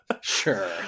Sure